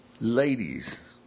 Ladies